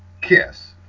KISS